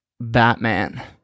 Batman